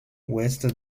ouest